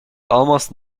almost